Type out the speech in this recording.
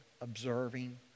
observing